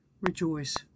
rejoice